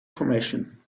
formation